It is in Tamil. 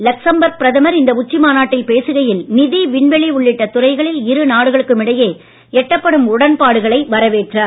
லக்சம்பர்க் பிரதமர் இந்த உச்சி மாநாட்டில் பேசுகையில் நிதி விண்வெளி உள்ளிட்ட துறைகளில் இரு நாடுகளுக்கும் இடையே எட்டப்படும் உடன்பாடுகளை வரவேற்றார்